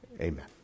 Amen